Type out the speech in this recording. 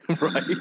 Right